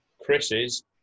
Chris's